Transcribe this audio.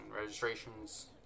Registration's